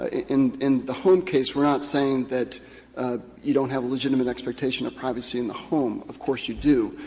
in in the home case, we're not saying that you don't have a legitimate expectation of privacy in the home. of course, you do.